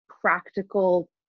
practical